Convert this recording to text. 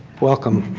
welcome.